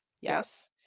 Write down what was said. yes